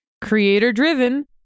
Creator-driven